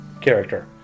character